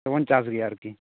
ᱫᱚᱵᱚᱱ ᱪᱟᱥ ᱜᱮᱭᱟ ᱟᱨᱠᱤ